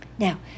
Now